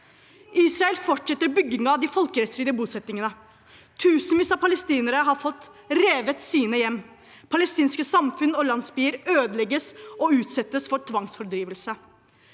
Israel fortsetter byggingen av de folkerettsstridige bosettingene. Tusenvis av palestinere har fått revet sine hjem. Palestinske samfunn og landsbyer ødelegges og utsettes for tvangsfordrivelse.